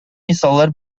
мисаллар